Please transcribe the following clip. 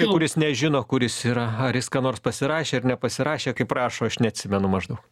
kuris nežino kur jis yra ar jis ką nors pasirašė ar nepasirašė kaip rašo aš neatsimenu maždaug